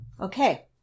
Okay